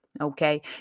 Okay